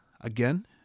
again